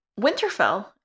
Winterfell